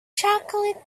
chocolate